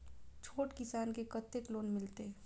छोट किसान के कतेक लोन मिलते?